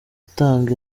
atanga